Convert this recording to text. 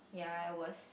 ya I was